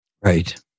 Right